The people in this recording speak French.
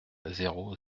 zéro